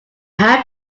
had